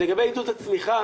לגבי עידוד הצמיחה